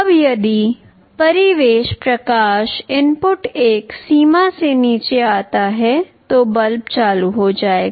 अब यदि परिवेश प्रकाश इनपुट एक सीमा से नीचे आता है तो बल्ब चालू हो जाएगा